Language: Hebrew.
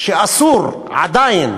שאסור עדיין